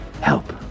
Help